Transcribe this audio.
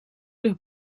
ligt